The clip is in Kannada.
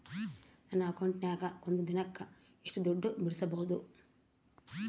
ನನ್ನ ಅಕೌಂಟಿನ್ಯಾಗ ಒಂದು ದಿನಕ್ಕ ಎಷ್ಟು ದುಡ್ಡು ಬಿಡಿಸಬಹುದು?